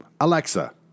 Alexa